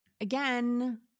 Again